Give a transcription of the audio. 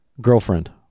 girlfriend